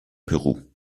peru